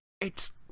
It's